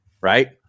right